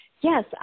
Yes